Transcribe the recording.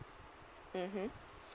mmhmm